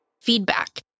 Feedback